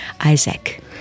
Isaac